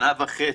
שנה וחצי.